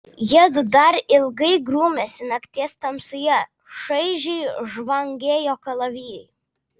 jiedu dar ilgai grūmėsi nakties tamsoje šaižiai žvangėjo kalavijai